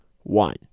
one